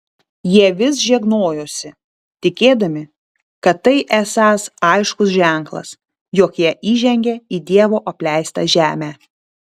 jie vis žegnojosi tikėdami kad tai esąs aiškus ženklas jog jie įžengė į dievo apleistą žemę